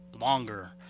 longer